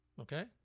Okay